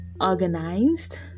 organized